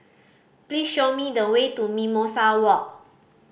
please show me the way to Mimosa Walk